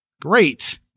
Great